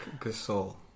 Gasol